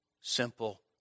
simple